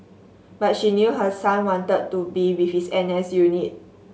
but she knew her son wanted to be with his N S unit